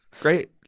Great